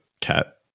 cat